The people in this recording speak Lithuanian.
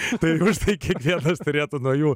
šitai sveiki vietas turėtų nuo jų